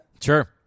Sure